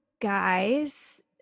guys